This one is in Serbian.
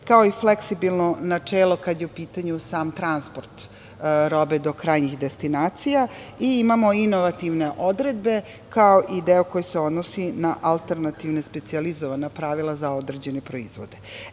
kao i fleksibilno načelo kada je u pitanju sam transport robe do krajnjih destinacija, i imamo inovativne odredbe kao i deo koji se odnosi na alternativne specijalizovana pravila za određene proizvode.E,